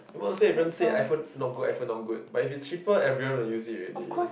most of them say everyone say iPhone not good iPhone not good but if it's cheaper everyone will use it already